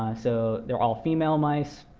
so they're all female mice.